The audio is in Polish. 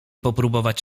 popróbować